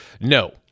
No